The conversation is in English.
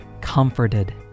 comforted